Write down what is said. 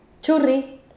churri